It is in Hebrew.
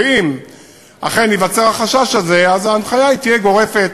ואם אכן ייווצר החשש הזה, אז ההנחיה תהיה גורפת